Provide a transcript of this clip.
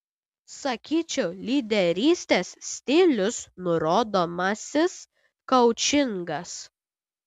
sakyčiau lyderystės stilius nurodomasis koučingas